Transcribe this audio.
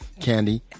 Candy